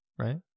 Right